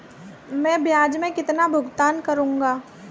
मैं ब्याज में कितना भुगतान करूंगा?